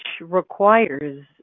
requires